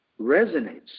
resonates